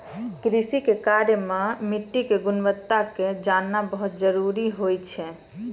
कृषि के कार्य मॅ मिट्टी के गुणवत्ता क जानना बहुत जरूरी होय छै